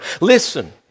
Listen